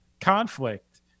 conflict